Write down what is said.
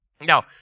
Now